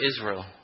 Israel